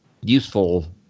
useful